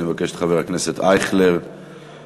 אני מבקש מאת חבר הכנסת אייכלר לעלות,